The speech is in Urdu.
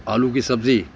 آلو کی سبزی